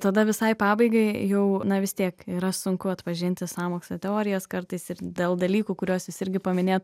tada visai pabaigai jau na vis tiek yra sunku atpažinti sąmokslo teorijas kartais ir dėl dalykų kuriuos jūs irgi paminėjot